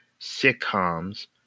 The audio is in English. sitcoms